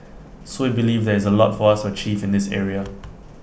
so we believe there is A lot for us to achieve in this area